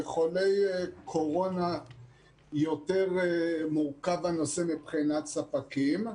לחולי קורונה יותר מורכב הנושא מבחינת ספקים.